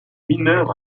mineur